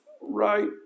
right